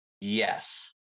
Yes